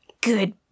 good